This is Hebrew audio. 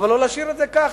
אבל לא להשאיר את זה כך,